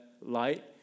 light